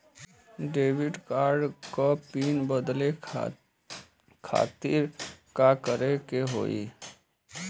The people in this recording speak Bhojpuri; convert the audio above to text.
डेबिट कार्ड क पिन बदले खातिर का करेके होई?